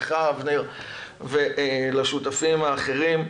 לאבנר גולן ולשותפים האחרים.